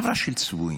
חברה של צבועים.